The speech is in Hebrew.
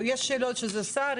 יש שאלות שזה השר,